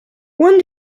when